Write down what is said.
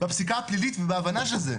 בפסיקה הפלילית ובהבנה של זה.